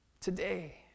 today